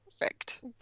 perfect